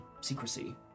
secrecy